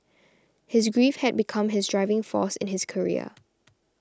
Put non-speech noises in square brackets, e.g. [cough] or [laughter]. his grief had become his driving force in his career [noise]